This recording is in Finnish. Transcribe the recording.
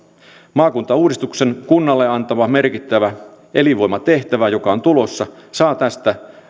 maakuntauudistuksen kunnalle antama merkittävä elinvoimatehtävä joka on tulossa saa tästä